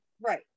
Right